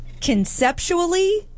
Conceptually